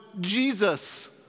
Jesus